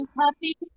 puppy